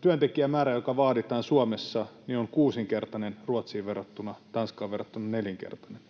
Työntekijämäärä, joka vaaditaan Suomessa, on kuusinkertainen Ruotsiin verrattuna, Tanskaan verrattuna nelinkertainen.